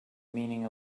meaning